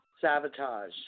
sabotage